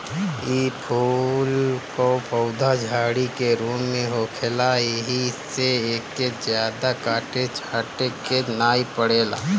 इ फूल कअ पौधा झाड़ी के रूप में होखेला एही से एके जादा काटे छाटे के नाइ पड़ेला